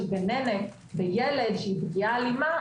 של גננת בילד שהיא פגיעה אלימה,